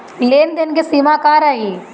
लेन देन के सिमा का रही?